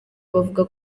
bavuga